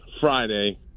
Friday